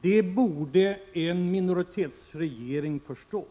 Det borde en minoritetsregering förstå.